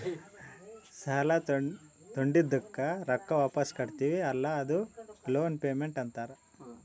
ಸಾಲಾ ತೊಂಡಿದ್ದುಕ್ ರೊಕ್ಕಾ ವಾಪಿಸ್ ಕಟ್ಟತಿವಿ ಅಲ್ಲಾ ಅದೂ ಲೋನ್ ಪೇಮೆಂಟ್ ಅಂತಾರ್